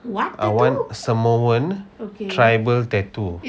I want samoan tribal tattoo